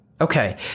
Okay